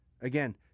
Again